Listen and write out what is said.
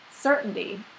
certainty